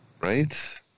Right